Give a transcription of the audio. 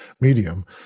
Medium